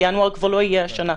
ינואר כבר לא יהיה השנה,